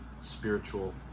spiritual